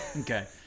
Okay